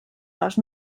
les